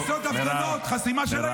אתה מבזה את הדוכן הזה.